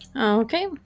Okay